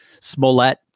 Smollett